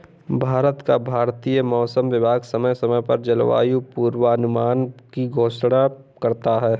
भारत का भारतीय मौसम विभाग समय समय पर जलवायु पूर्वानुमान की घोषणा करता है